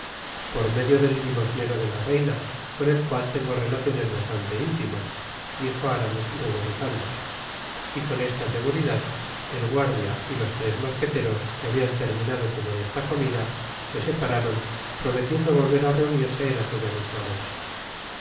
por medio del limosnero de la reina con el cual tengo relaciones bastante intimas dijo aramis ruborizándose y con esta seguridad el guardia y los tres mosqueteros que habian terminado su modesta comida se separaron prometiendo volver á reunirse en aquella misma noche